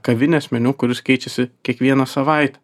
kavinės meniu kuris keičiasi kiekvieną savaitę